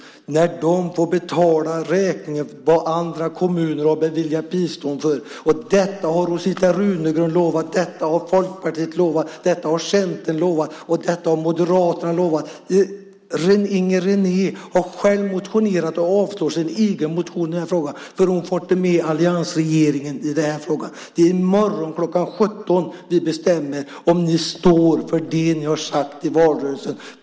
Dessa kommuner får betala räkningarna för vad andra kommuner har beviljat bistånd för. Detta har Rosita Runegrund lovat. Detta har Folkpartiet lovat. Detta har Centern lovat, och detta har Moderaterna lovat. Inger René har själv motionerat i frågan och avstyrker sin egen motion eftersom hon inte får med alliansregeringen i frågan. Det är i morgon kl. 17 ni bestämmer om ni står för det ni har sagt i valrörelsen.